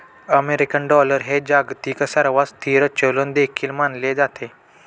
American dollar हे जगातील सर्वात स्थिर चलन देखील मानले जाते